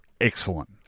Excellent